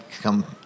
come